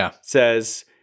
says